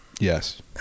Yes